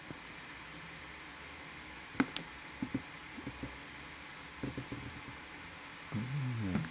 mm